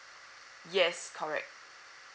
yes correct